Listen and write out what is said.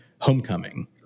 Homecoming